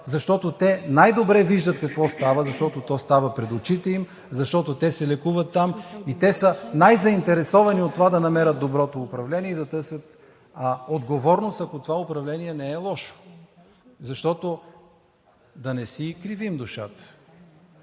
защото те най-добре виждат какво става, защото то става пред очите им, защото те се лекуват там и те са най-заинтересовани от това да намерят доброто управление и да търсят отговорност, ако това управление не е лошо?! Защото да не си кривим душата,